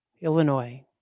Illinois